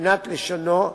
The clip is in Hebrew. מבחינת לשונו,